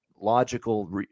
logical